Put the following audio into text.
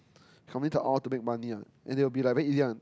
coming to all to make money one and they will be like very easy one